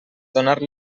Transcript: donar